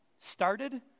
started